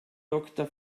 doktor